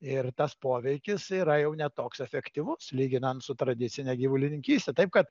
ir tas poveikis yra jau ne toks efektyvus lyginant su tradicine gyvulininkyste taip kad